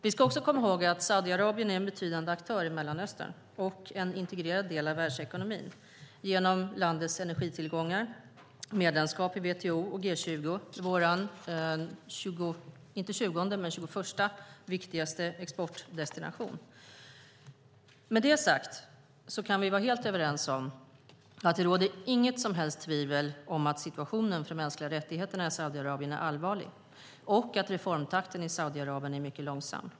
Vi ska också komma ihåg att Saudiarabien är en betydande aktör i Mellanöstern och en integrerad del av världsekonomin genom landets energitillgångar och medlemskap i WTO och G20. Det är vår 21:a viktigaste exportdestination. Med det sagt kan vi vara helt överens om att det inte råder något som helst tvivel om att situationen för de mänskliga rättigheterna i Saudiarabien är allvarlig och att reformtakten i Saudiarabien är mycket långsam.